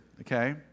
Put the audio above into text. okay